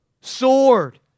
Sword